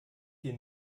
hier